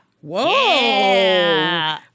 Whoa